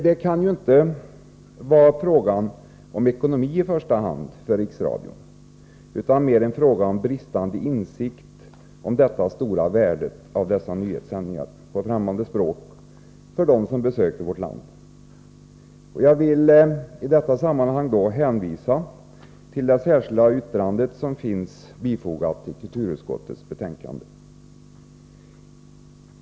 Det här kan ju inte i första hand vara en fråga om ekonomi för Riksradion; det måste mera vara en fråga om bristande insikt om det stora värdet för den som besöker vårt land av nyhetssändningar på främmande språk. Jag vill i detta sammanhang hänvisa till det särskilda yttrande som är fogat till kulturutskottets betänkande.